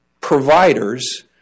providers